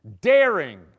daring